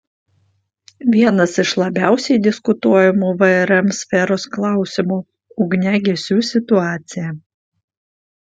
vienas iš labiausiai diskutuojamų vrm sferos klausimų ugniagesių situacija